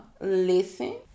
listen